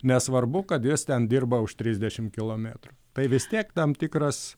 nesvarbu kad jis ten dirba už trisdešimt kilometrų tai vis tiek tam tikras